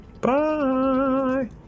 Bye